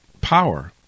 power